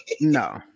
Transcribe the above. No